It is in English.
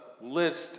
list